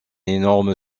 énorme